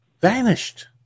vanished